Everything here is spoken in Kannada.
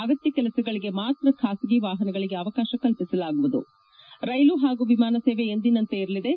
ಅಗತ್ಯ ಕೆಲಸಗಳಗೆ ಮಾತ್ರ ಖಾಸಗಿ ವಾಹನಗಳಿಗೆ ಅವಕಾಶ ಕಲ್ಪಿಸಲಾಗುವುದು ರ್ನೆಲು ಹಾಗೂ ವಿಮಾನ ಸೇವೆ ಎಂದಿನಂತೆ ಇರಲಿದೆ